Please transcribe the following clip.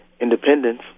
Independence